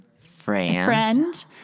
friend